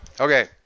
Okay